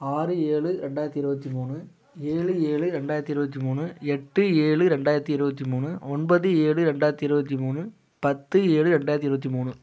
ஆறு ஏழு ரெண்டாயிரத்தி இருபத்தி மூணு ஏழு ஏழு ரெண்டாயிரத்தி இருபத்தி மூணு எட்டு ஏழு ரெண்டாயிரத்தி இருபத்தி மூணு ஒன்பது ஏழு ரெண்டாயிரத்தி இருபத்தி மூணு பத்து ஏழு ரெண்டாயிரத்தி இருபத்தி மூணு